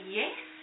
yes